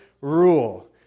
rule